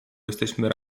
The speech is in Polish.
jesteśmy